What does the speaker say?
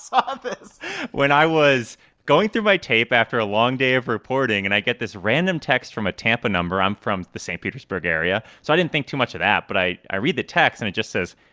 saw this when i was going through my tape after a long day of reporting, and i get this random text from a tampa number. i'm from the st. petersburg area. so i didn't think too much of that. but i i read the text, and it just says,